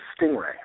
stingray